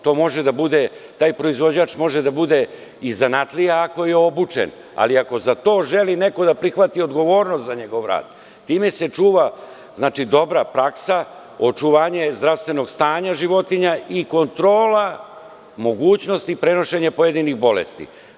Taj proizvođač može da bude i zanatlija ako je obučen, ali ako za to želi neko da prihvati odgovornost za njegov rad, time se čuva dobra praksa, očuvanje zdravstvenog stanja života i kontrola mogućnosti prenošenja pojedinih bolesti.